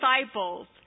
disciples